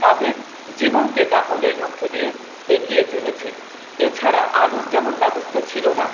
তাদের জীবনকে যাপনের মধ্য দিয়ে এগিয়ে চলেছে এছাড়া আলোর যেমন ব্যবস্থা ছিল না